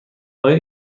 آیا